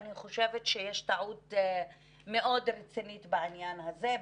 אני חושבת שיש טעות מאוד רצינית בעניין הזה.